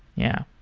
yeah.